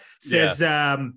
says